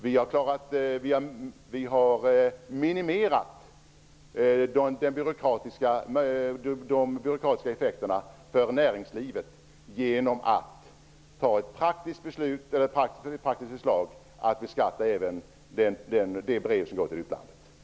Vi har minimerat de byråkratiska effekterna för näringslivet genom att lägga fram ett praktiskt förslag om att även de brev som går till utlandet skall beskattas.